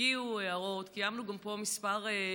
הגיעו הערות, קיימנו גם פה כמה דיונים.